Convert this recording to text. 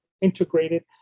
integrated